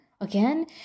again